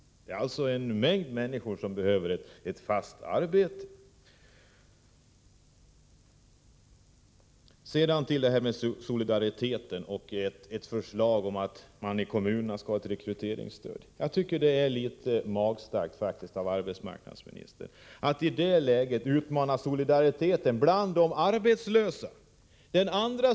Det är en mängd människor som behöver fast arbete. Sedan till solidariteten och förslaget om att man i kommunerna skall ha ett rekryteringsstöd. Jag tycker det är litet magstarkt av arbetsmarknadsministern att i det läget utmana solidariteten bland de arbetslösa.